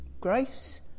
grace